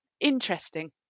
interesting